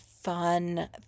fun